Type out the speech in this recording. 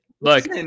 look